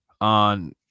on